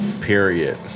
period